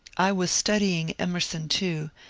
i was studying emerson too,